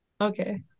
Okay